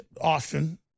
Austin